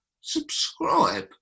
subscribe